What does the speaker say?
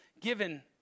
given